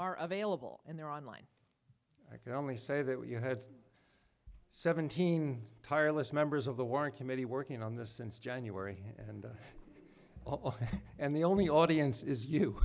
are available in their on line i can only say that you had seventeen tireless members of the work committee working on this since january and all and the only audience is you